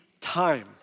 time